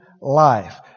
life